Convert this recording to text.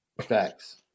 Facts